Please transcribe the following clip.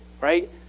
right